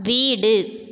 வீடு